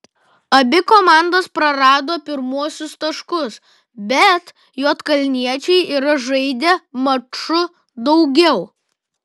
abi komandos prarado pirmuosius taškus bet juodkalniečiai yra žaidę maču daugiau